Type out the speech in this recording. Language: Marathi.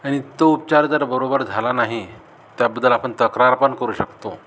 आणि तो उपचार जर बरोबर झाला नाही त्याबद्दल आपण तक्रार पण करू शकतो